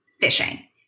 fishing